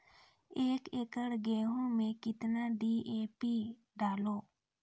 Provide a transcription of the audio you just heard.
एक एकरऽ गेहूँ मैं कितना डी.ए.पी डालो?